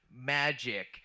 magic